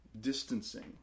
distancing